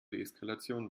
deeskalation